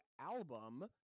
album